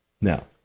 Now